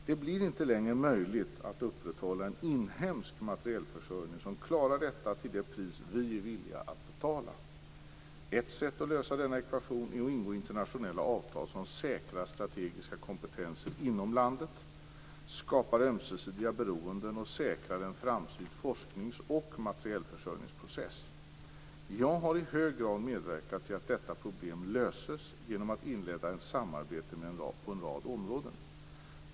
Det blir inte längre möjligt att upprätthålla en inhemsk materielförsörjning som klarar detta till det pris som vi är villiga att betala. Ett sätt att lösa denna ekvation är att ingå internationella avtal som säkrar strategiska kompetenser inom landet, skapar ömsesidiga beroenden och säkrar en framsynt forsknings och materielförsörjningsprocess. Jag har i hög grad medverkat till att detta problem löses genom att inleda samarbete på en rad områden.